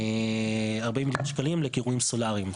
400 מיליון שקלים לקירויים סולריים.